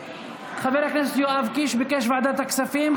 חבר הכנסת יואב קיש ביקש לוועדת הכספים.